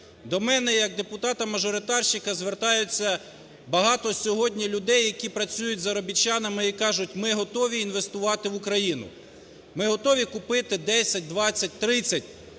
До мене як до депутата-мажоритарщика звертаються багато сьогодні людей, які працюють заробітчанами і кажуть: "Ми готові інвестувати в Україну. Ми готові купити 10, 20, 30